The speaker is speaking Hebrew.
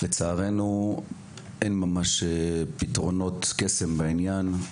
לצערנו אין ממש פתרונות קסם לבעיה הזו.